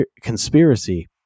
conspiracy